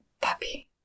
Puppy